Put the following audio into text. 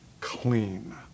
clean